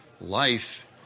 life